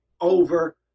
over